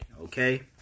okay